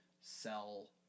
sell